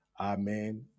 Amen